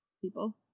people